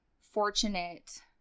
fortunate –